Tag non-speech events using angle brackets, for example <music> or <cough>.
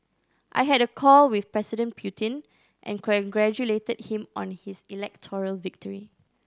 I had a call with President Putin and <unintelligible> congratulated him on his electoral victory